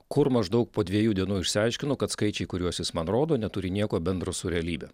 kur maždaug po dviejų dienų išsiaiškinu kad skaičiai kuriuos jis man rodo neturi nieko bendro su realybe